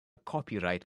copyright